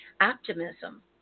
optimism